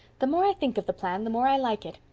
the more i think of the plan the more i like it.